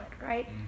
right